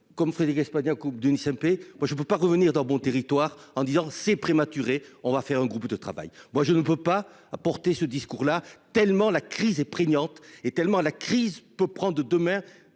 comme Frédérique Espagnac Coupe d'une CMP. Moi je ne peux pas revenir dans mon territoire en disant c'est prématuré. On va faire un groupe de travail, moi je ne veux pas à porter ce discours là tellement la crise est prégnante et tellement la crise peut prendre de mer